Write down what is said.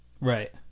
right